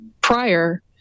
prior